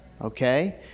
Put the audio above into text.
Okay